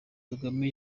kagame